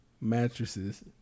mattresses